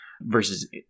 versus